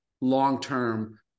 long-term